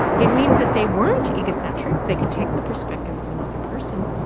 it means that they weren't egocentric, they could take the perspective of another person,